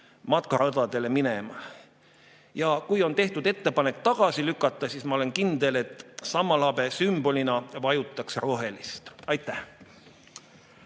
matkaradadele minema. Ja kui on tehtud ettepanek tagasi lükata, siis ma olen kindel, et Sammalhabe sümbolina vajutaks rohelist. Aitäh!